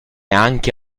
anche